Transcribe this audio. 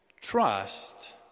Trust